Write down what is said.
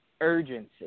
urgency